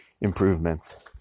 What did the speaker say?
improvements